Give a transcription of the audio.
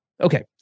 Okay